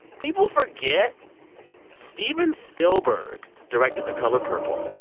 people forget steven spielberg directed the color purple.